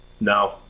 No